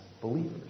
believers